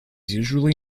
usually